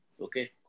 Okay